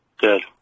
Good